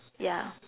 yeah